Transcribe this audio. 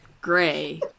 gray